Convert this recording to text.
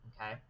Okay